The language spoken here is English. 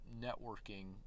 networking